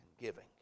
giving